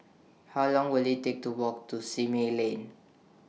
How Long Will IT Take to Walk to Simei Lane